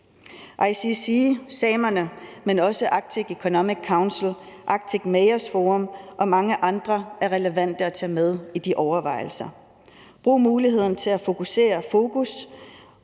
og samerne, men også Arctic Economic Council, Arctic Mayors Forum og mange andre er relevante at tage med i de overvejelser. Man bør benytte muligheden til at sætte et fokus